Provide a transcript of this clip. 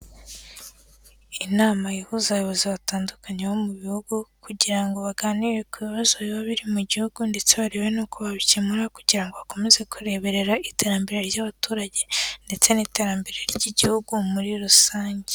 Inama ihuza abayobozi batandukanye bo mu bihugu kugira ngo baganire ku bibazo biba biri mu gihugu ndetse barebe n'uko babikemura kugira ngo bakomeze kureberera iterambere ry'abaturage ndetse n'iterambere ry'igihugu muri rusange.